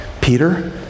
Peter